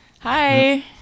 Hi